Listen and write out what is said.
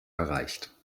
erreicht